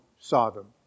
Sodom